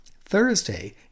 Thursday